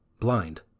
blind